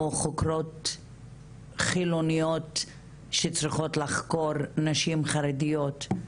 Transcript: או חוקרות חילוניות שצריכות לחקור נשים חרדיות,